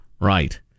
Right